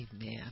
Amen